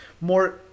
more